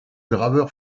graveur